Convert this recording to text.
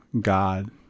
God